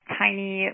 tiny